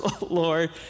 Lord